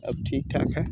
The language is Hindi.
अब ठीक ठाक है